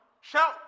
Shout